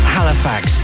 Halifax